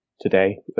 today